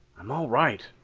i'm all right.